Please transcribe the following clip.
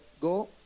Go